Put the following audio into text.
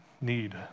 need